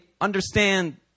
understand